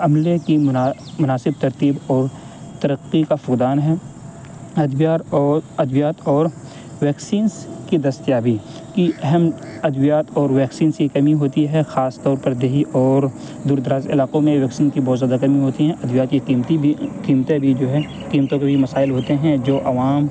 عملے کی مناسب ترتیب اور ترقی کا فقدان ہے ادویار اور ادویات اور ویکسینس کی دستیابی کی اہم ادویات اور ویکسینس کی کمی ہوتی ہے خاص طور پر دیہی اور دور دراز علاقوں میں ویکسین بہت زیادہ کمی ہوتی ہیں ادویات کی قیمتی بھی قیمتیں بھی جو ہے قیمتوں کے بھی مسائل ہوتے ہیں جو عوام